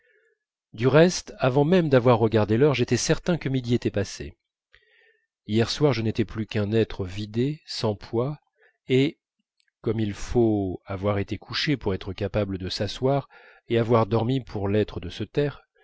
du reste avant même d'avoir regardé l'heure j'étais certain que midi était passé hier soir je n'étais plus qu'un être vidé sans poids et comme il faut avoir été couché pour être capable de s'asseoir et avoir dormi pour l'être de se taire